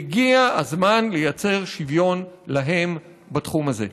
והגיע הזמן לייצר להם שוויון בתחום הזה.